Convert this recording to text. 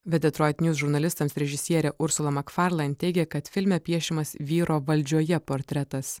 bet detroit njūs žurnalistams režisierė ursula makfarlain teigė kad filme piešiamas vyro valdžioje portretas